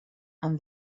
and